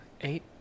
eight